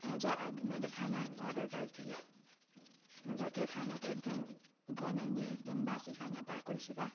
हजुर अघि मैले खाना अर्डर गरेको थिएँ नि हजुर त्यो खाना त एकदम गनाउने एकदम बासी खाना पो आएको रहेछ त